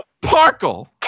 Parkle